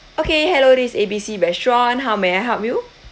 okay hello this A B C restaurant how may I help you